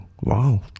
Wow